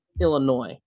Illinois